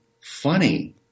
funny